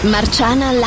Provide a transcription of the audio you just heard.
Marciana